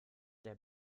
der